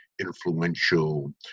influential